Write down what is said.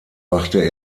wachte